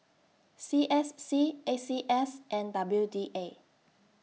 C S C A C S and W D A